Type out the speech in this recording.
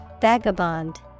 Vagabond